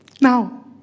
Now